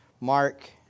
Mark